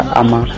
ama